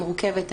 המורכבת,